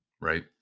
right